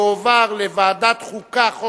לדיון מוקדם בוועדה שתקבע